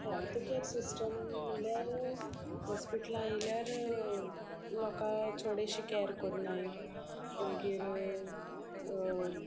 health care system म्हणल्यार हॉस्पिटलां आयल्यार लोकां चोडेशी कॅर करनाय मागीर